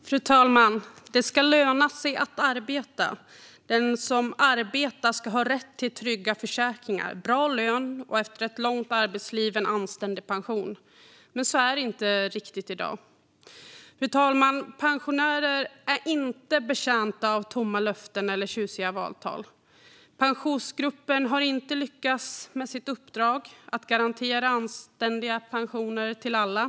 Fru talman! Det ska löna sig att arbeta. Den som arbetar ska ha rätt till trygga försäkringar, bra lön och efter ett långt arbetsliv en anständig pension. Men så är det inte riktigt i dag. Fru talman! Pensionärer är inte betjänta av tomma löften eller tjusiga valtal. Pensionsgruppen har inte lyckats med sitt uppdrag att garantera anständiga pensioner till alla.